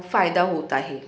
फायदा होत आहे